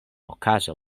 okazo